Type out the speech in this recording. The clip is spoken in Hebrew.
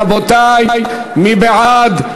רבותי, מי בעד?